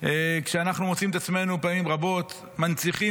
ואנחנו מוציאים את עצמנו פעמים רבות מנציחים